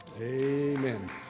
Amen